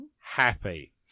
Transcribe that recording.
happy